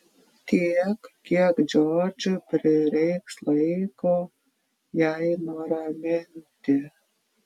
tiek kiek džordžui prireiks laiko jai nuraminti